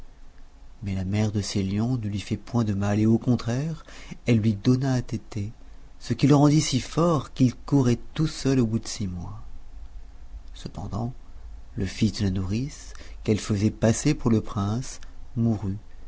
mais la mère de ces lions ne lui fit point de mal et au contraire elle lui donna à téter ce qui le rendit si fort qu'il courait tout seul au bout de six mois cependant le fils de la nourrice qu'elle faisait passer pour le prince mourut